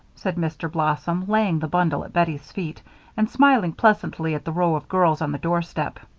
said mr. blossom, laying the bundle at bettie's feet and smiling pleasantly at the row of girls on the doorstep.